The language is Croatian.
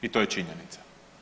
I to je činjenica.